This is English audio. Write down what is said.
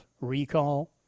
recall